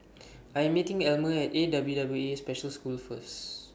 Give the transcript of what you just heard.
I'm meeting Almer At A W W A Special School First